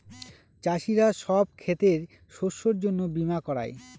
চাষীরা সব ক্ষেতের শস্যের জন্য বীমা করায়